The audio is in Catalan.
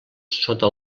sota